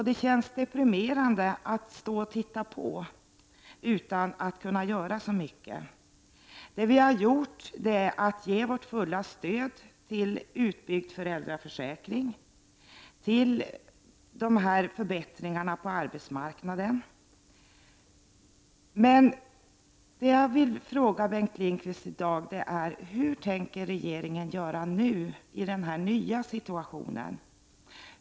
Det känns deprimerande att stå och titta på utan att kunna göra så mycket. Det vi har gjort är att ge vårt fulla stöd till utbyggd föräldraförsäkring och till förbättringarna på arbetsmarknaden. Men det jag vill fråga Bengt Lindqvist i dag är: Hur tänker regeringen göra nu, i den nya situationen?